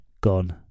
gone